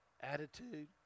Attitude